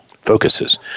focuses